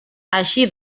així